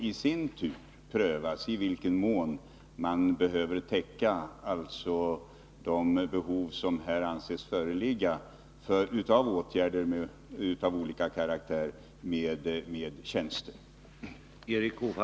Sedan får det prövas i vilken mån man med tjänster behöver täcka de behov av åtgärder av olika karaktär som anses föreligga.